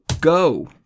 Go